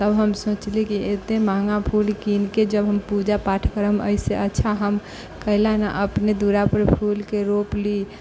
तब हम सोचली कि एतेक महगा फूल कीनिके जब हम पूजा पाठ करब एहिसँ अच्छा हम काहेलए नहि अपने दुअरापर फूलके रोपि ली